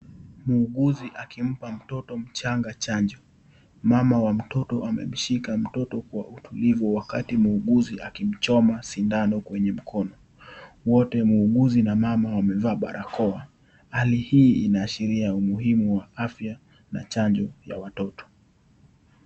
Muuguzi akimpa mtoto mchanga chanjo. Mama wa mtoto amemshika mtoto kwa utulivu wakati muuguzi akimchoma sindano kwenye mkono. Wote, muuguzi na mama wamevaa barakoa. Hali hii inaashiria umuhimu wa afya na chanjo ya watoto.